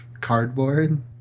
Cardboard